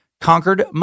conquered